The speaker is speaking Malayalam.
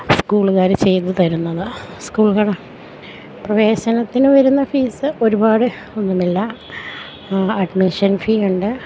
സ്കൂളുകാര് ചെയ്തു തരുന്നത് സ്കൂളുകളുടെ പ്രവേശനത്തിനു വരുന്ന ഫീസ് ഒരുപാട് ഒന്നുമില്ല അഡ്മിഷൻ ഫീ ഉണ്ട്